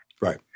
Right